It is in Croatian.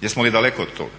Jesmo li daleko od toga?